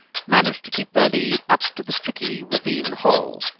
managed to keep their lead up to the tricky ravine hole,